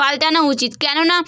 পাল্টানো উচিত কেননা